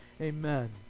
Amen